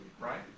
Right